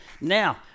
Now